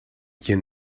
you